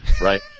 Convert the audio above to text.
right